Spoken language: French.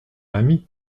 ami